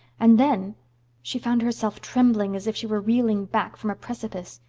and then she found herself trembling as if she were reeling back from a precipice.